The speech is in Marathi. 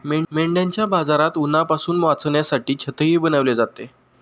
मेंढ्यांच्या बाजारात उन्हापासून वाचण्यासाठी छतही बनवले जाते